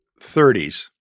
30s